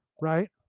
right